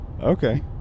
Okay